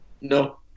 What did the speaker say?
No